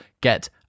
get